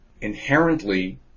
inherently